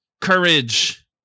Courage